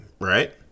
right